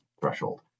threshold